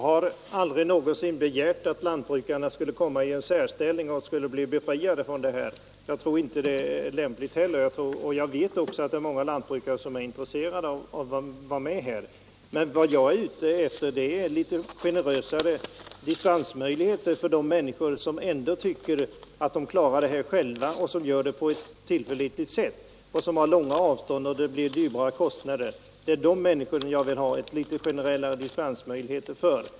Herr talman! Jag har aldrig begärt att lantbrukarna skulle få en särställning och bli befriade. Jag tror inte heller att det är lämpligt, och jag vet att många lantbrukare är intresserade av att vara med. Vad jag är ute efter är litet generösare dispensmöjligheter för de människor som själva klarar sin avfallshantering på ett tillförlitligt sätt och som bor på så långt avstånd att kostnaderna blir h . Det är för dessa människor jag vill ha litet mer generella dispensmöjligheter.